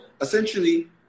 essentially